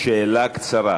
יש לי שאלה לשרה.